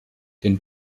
den